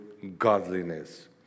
godliness